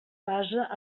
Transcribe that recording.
basa